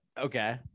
Okay